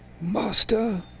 master